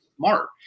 mark